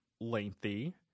lengthy